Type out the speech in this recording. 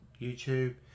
YouTube